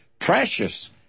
precious